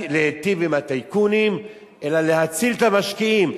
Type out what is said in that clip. להטיב עם הטייקונים אלא להציל את המשקיעים,